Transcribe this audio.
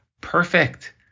perfect